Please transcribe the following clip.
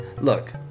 look